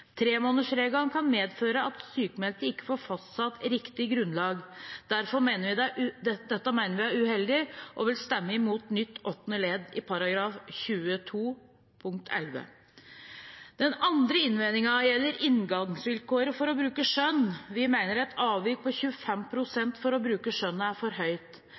Tremånedersregelen kan medføre at sykmeldte ikke får fastsatt riktig grunnlag. Dette mener vi er uheldig, og vi vil stemme imot nytt 8. ledd i § 22-11. Den andre innvendingen gjelder inngangsvilkåret for å bruke skjønn: Vi mener et avvik på 25 pst. for å bruke skjønn er for høyt.